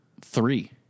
Three